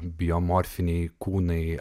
biomorfiniai kūnai